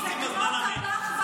מה עושים בזמן המת?